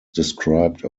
described